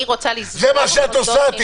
זה מה שאת עושה.